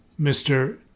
Mr